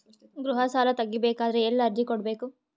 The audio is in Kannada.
ಗೃಹ ಸಾಲಾ ತಗಿ ಬೇಕಾದರ ಎಲ್ಲಿ ಅರ್ಜಿ ಕೊಡಬೇಕು?